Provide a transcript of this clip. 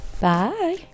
Bye